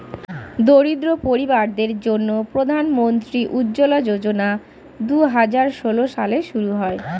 দরিদ্র পরিবারদের জন্যে প্রধান মন্ত্রী উজ্জলা যোজনা দুহাজার ষোল সালে শুরু হয়